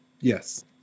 Yes